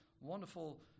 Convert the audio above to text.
wonderful